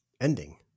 ending